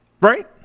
Right